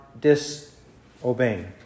disobeying